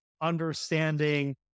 understanding